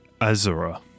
Azura